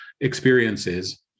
experiences